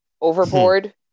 overboard